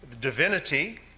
divinity